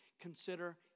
consider